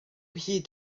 hyd